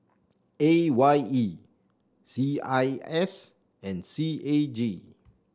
A Y E C I S and C A G